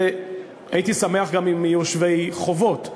והייתי שמח אם גם היו שווי חובות.